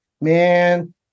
Man